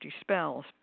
spells